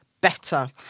better